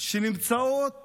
שנמצאות